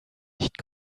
nicht